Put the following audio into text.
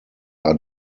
are